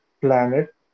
planet